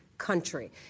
country